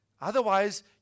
Otherwise